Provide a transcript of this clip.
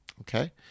Okay